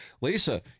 Lisa